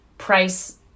Price